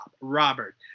Robert